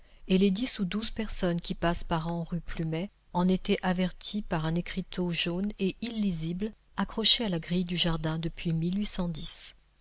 et les dix ou douze personnes qui passent par an rue plumet en étaient averties par un écriteau jaune et illisible accroché à la grille du jardin depuis